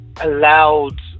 allowed